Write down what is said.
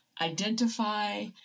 identify